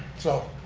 so,